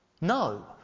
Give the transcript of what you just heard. No